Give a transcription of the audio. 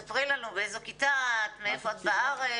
ספרי לנו באיזו כיתה את, מאיפה את בארץ.